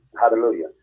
hallelujah